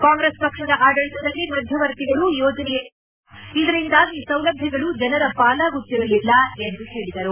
ಕಾಂಗ್ರೆಸ್ ಪಕ್ಷದ ಆಡಳಿತದಲ್ಲಿ ಮಧ್ಯವರ್ತಿಗಳು ಯೋಜನೆಯ ಲಾಭ ಪಡೆಯುತ್ತಿದ್ದರು ಇದರಿಂದಾಗಿ ಸೌಲಭ್ಯಗಳು ಜನರ ಪಾಲಾಗುತ್ತಿರಲಿಲ್ಲ ಎಂದು ಹೇಳಿದರು